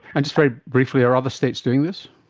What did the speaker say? and just very briefly, are other states doing this?